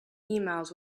emails